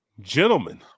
Gentlemen